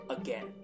again